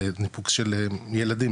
לניפוק של ילדים,